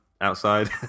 outside